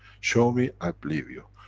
show me, i believe you!